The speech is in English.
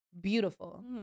beautiful